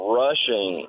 rushing